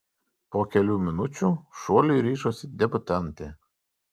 po kelių minučių šuoliui ryžosi debiutantė